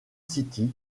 city